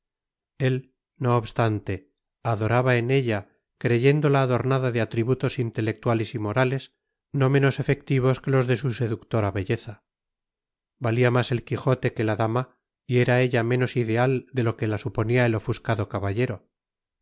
él no obstante adoraba en ella creyéndola adornada de atributos intelectuales y morales no menos efectivos que los de su seductora belleza valía más el quijote que la dama y era ella menos ideal de lo que la suponía el ofuscado caballero